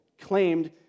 claimed